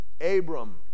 Abram